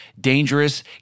dangerous